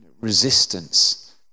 resistance